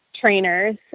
trainers